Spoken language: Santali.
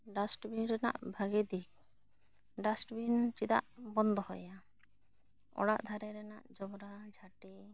ᱰᱟᱥᱴᱵᱤᱱ ᱨᱮᱱᱟᱜ ᱵᱷᱟᱜᱮ ᱫᱤᱠ ᱰᱟᱥᱴᱵᱤᱱ ᱪᱮᱫᱟᱜ ᱵᱚᱱᱫᱚ ᱦᱩᱭᱩᱜ ᱟ ᱚᱲᱟᱜ ᱫᱷᱟᱨᱮ ᱨᱮᱱᱟᱜ ᱡᱚᱵᱽᱨᱟ ᱡᱷᱟᱹᱴᱤ